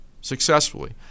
successfully